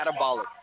catabolic